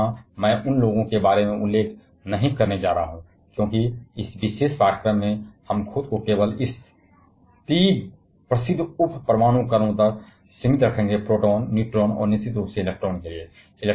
लेकिन यहां मैं उन लोगों के बारे में उल्लेख नहीं करने जा रहा हूं क्योंकि इस विशेष पाठ्यक्रम में हम खुद को केवल इस 3 प्रसिद्ध उप परमाणु कणों तक सीमित रखेंगे प्रोटॉन न्यूट्रॉन और निश्चित रूप से इलेक्ट्रॉन के लिए